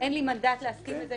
לי מנדט להסכים לכך